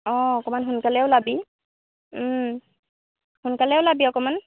অঁ অকণমান সোনকালে ওলাবি সোনকালে ওলাবি অকণমান